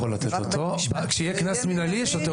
כשיהיה קנס מינהלי, השוטר